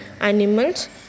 animals